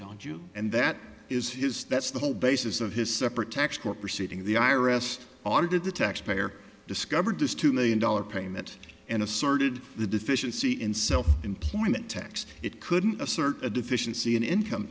don't you and that is his that's the whole basis of his separate tax court proceeding the i r s audit the taxpayer discovered this two million dollar payment and asserted the deficiency in self employment tax it couldn't asserted deficiency an income